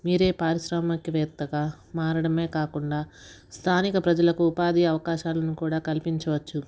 మీరే పారిశ్రామిక వేత్తగా మారడమే కాకుండా స్థానిక ప్రజలకు ఉపాది అవకాశాలను కూడా కల్పించవచ్చు